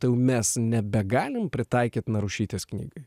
tai jau mes nebegalime pritaikyti narušytės knygai